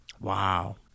Wow